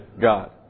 God